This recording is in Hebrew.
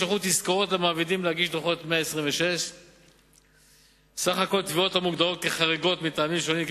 נשלחו תזכורות למעבידים להגיש דוחות 126. סך התביעות המוגדרות כחריגות מטעמים שונים,